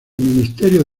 ministerio